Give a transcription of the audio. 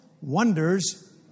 wonders